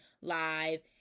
live